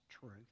truth